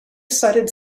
cited